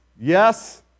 yes